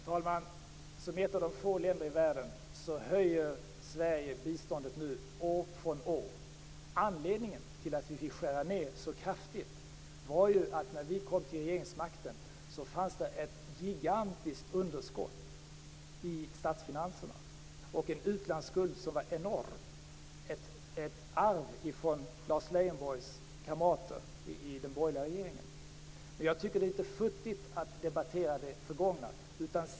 Fru talman! Som ett av få länder i världen höjer nu Sverige biståndet år från år. Anledningen till att vi fick skära ned så kraftigt var ju att när vi kom till regeringsmakten fanns det ett gigantiskt underskott i statsfinanserna och en utlandsskuld som var enorm. Det var ett arv från Lars Leijonborgs kamrater i den borgerliga regeringen. Men jag tycker att det är lite futtigt att debattera det förgångna.